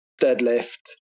deadlift